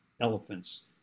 elephants